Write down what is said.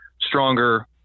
stronger